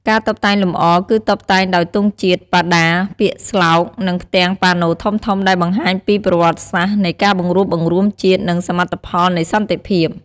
ការតុបតែងលម្អ គឺតុបតែងដោយទង់ជាតិ បដា ពាក្យស្លោក និងផ្ទាំងប៉ាណូធំៗដែលបង្ហាញពីប្រវត្តិសាស្ត្រនៃការបង្រួបបង្រួមជាតិ និងសមិទ្ធផលនៃសន្តិភាព។